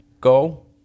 Go